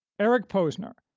eric posner,